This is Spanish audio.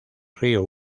río